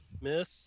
Miss